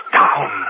down